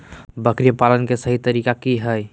बकरी पालन के सही तरीका की हय?